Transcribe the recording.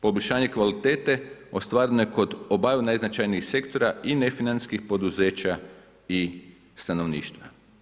Poboljšanje kvalitete ostvareno je kod obaju najznačajnijih sektora i nefinancijskih poduzeća i stanovništva.